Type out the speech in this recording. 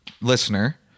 listener